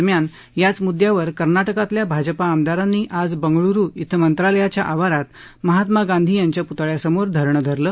दरम्यान याच मुद्यावर कर्नाटकातल्या भाजपा आमदारांनी आज बंगळुरु इथं मंत्रालयाच्या आवारात महात्मा गांधी यांच्या पुतळ्यासमोर धरणं धरलं